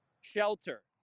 shelter